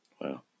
Wow